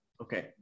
Okay